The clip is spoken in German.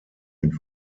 mit